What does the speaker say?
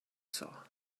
saw